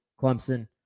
Clemson